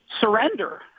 surrender